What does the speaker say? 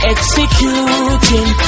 Executing